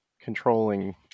controlling